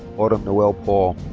autumn noelle paul.